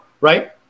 right